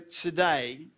today